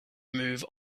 move